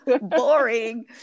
boring